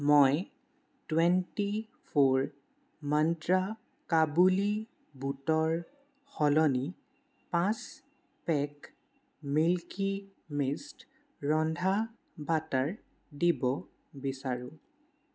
মই twenty four মন্ত্ৰা কাবুলী বুটৰ সলনি পাঁচ পেক মিল্কী মিষ্ট ৰন্ধা বাটাৰ দিব বিচাৰোঁ